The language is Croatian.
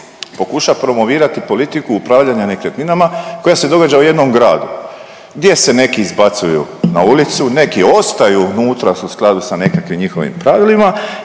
pokuša promovirati politiku upravljanja nekretninama koja se događa u jednom gradu gdje se neki izbacuju na ulicu, neki ostaju unutra su u skladu sa nekakvim njihovim pravilima